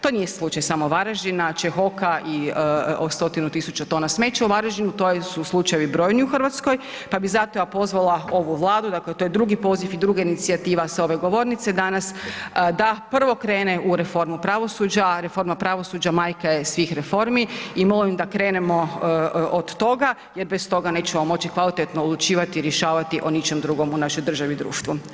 To nije slučaj samo Varaždina, Čehoka i o stotinu tisuća tona smeća u Varaždinu, to su slučajevi brojni u RH, pa bi zato ja pozvala ovu vladu, dakle to drugi poziv i druga inicijativa s ove govornice danas da prvo krene u reformu pravosuđa, reforma pravosuđa majka je svih reformi i molim da krenemo od toga jer bez toga nećemo moći kvalitetno odlučivati i rješavati o ničem drugom u našoj državi i društvu.